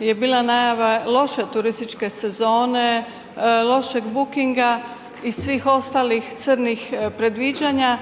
je bila najava loše turističke sezone, lošeg bookinga i svih ostalih crnih predviđanja,